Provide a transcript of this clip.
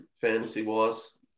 fantasy-wise